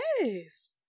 Yes